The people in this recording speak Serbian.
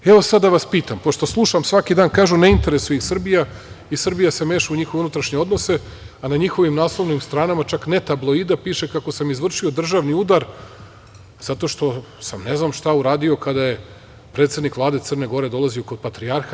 Evo, sada da vas pitam, pošto slušam svaki dan, kažu - ne interesuje ih Srbija i Srbija se meša u njihove unutrašnje odnose, a na njihovim naslovnim stranama, čak ne tabloida, piše kako sam izvršio državni udar zato što sam ne znam šta uradio kada je predsednik Vlade Crne Gore dolazio kod patrijarha.